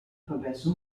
progresso